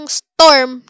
storm